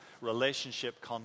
relationship